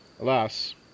Alas